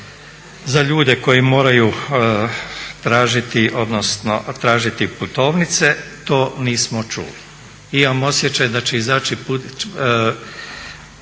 za ljude koji moraju tražiti putovnice, to nismo čuli. Imam osjećaj da će izaći čipovi